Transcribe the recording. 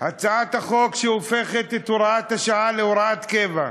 הצעת חוק שהופכת את הוראת השעה להוראת קבע.